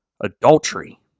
Adultery